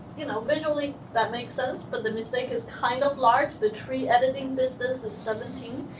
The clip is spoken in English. you know, visually, that makes sense but the mistake is kind of large, the tree editing distance is seventeen.